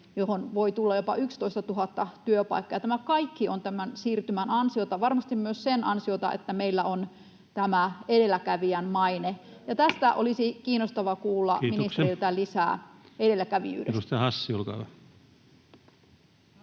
johon voi tulla jopa 11 000 työpaikkaa — ja tämä kaikki on tämän siirtymän ansiota, ja varmasti myös sen ansiota, että meillä on edelläkävijän maine. Tästä edelläkävijyydestä olisi